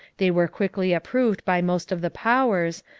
they were quickly approved by most of the powers,